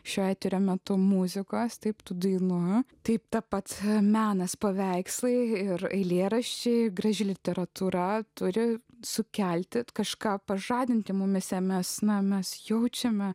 šio eterio metu muzikos taip dainuoju taip ta pats menas paveikslai ir eilėraščiai graži literatūra turi sukelti kažką pažadinti mumyse mes na mes jaučiame